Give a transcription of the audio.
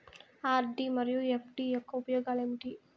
RD మరియు FD యొక్క ఉపయోగాలు ఏమి?